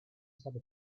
state